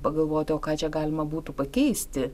pagalvoti o ką čia galima būtų pakeisti